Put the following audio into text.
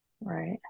Right